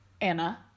Anna